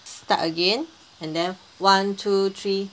start again and then one two three